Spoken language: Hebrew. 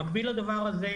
במקביל לדבר הזה,